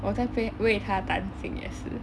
我在被为他担心也是